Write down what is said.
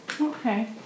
Okay